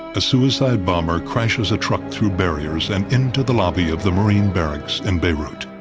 a suicide bomber crashes a truck through barriers and into the lobby of the marine barracks in beirut.